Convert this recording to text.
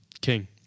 king